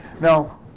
Now